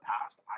past